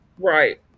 Right